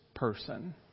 Person